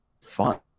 fun